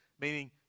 Meaning